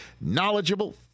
knowledgeable